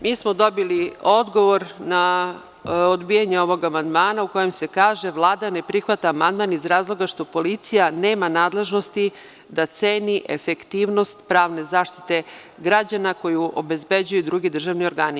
Mi smo dobili odgovor za odbijanje ovog amandmana u kojem se kaže - Vlada ne prihvata amandman iz razloga što policija nema nadležnosti da ceni efektivnost pravne zaštite građana koje obezbeđuju drugi državni organi.